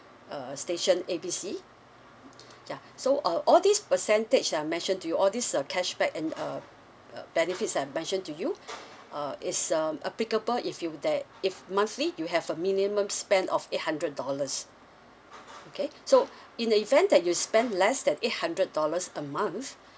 a station A B C ya so uh all these percentage I mentioned to you all these uh cashback and uh uh benefits I've mention to you uh is um applicable if you that if monthly you have a minimum spend of eight hundred dollars okay so in the event that you spend less than eight hundred dollars a month